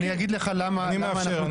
אני מאפשר.